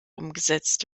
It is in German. umgesetzt